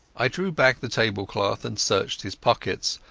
i drew back the table-cloth and searched his pockets,